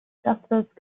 justice